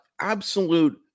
Absolute